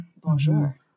Bonjour